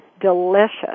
delicious